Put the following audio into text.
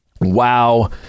Wow